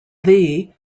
thee